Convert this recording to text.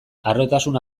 harrotasun